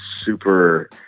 super